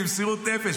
במסירות נפש,